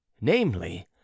Namely